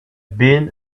been